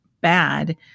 bad